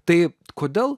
tai kodėl